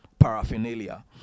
paraphernalia